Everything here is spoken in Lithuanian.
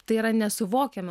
tai yra nesuvokiama